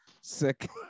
sick